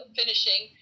finishing